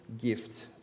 gift